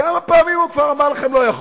כמה פעמים הוא כבר אמר לכם לא יכול?